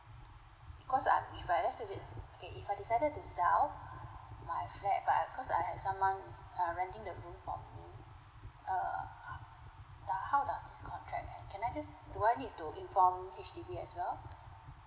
cause I'm if I let's say it okay if I decided to sell my flat but I cause I have someone uh renting the room from me err doe~ how does contract can I just do I need to inform H_D_B as well